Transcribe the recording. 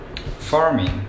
farming